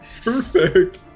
Perfect